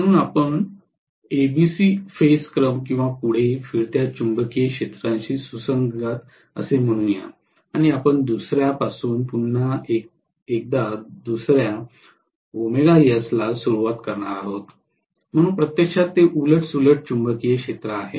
म्हणून आपण ABC phase क्रम किंवा पुढे फिरत्या चुंबकीय क्षेत्राशी सुसंगत असे म्हणू या आणि आपण दुस या पासून पुन्हा एकदा दुस या ला सुरुवात करणार आहोत पण प्रत्यक्षात ते उलट सुलट चुंबकीय क्षेत्र आहे